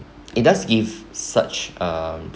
it does give such um